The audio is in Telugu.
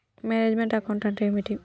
మేనేజ్ మెంట్ అకౌంట్ అంటే ఏమిటి?